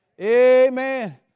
Amen